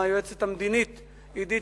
ליועצת המדינית עידית,